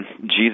Jesus